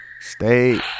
stay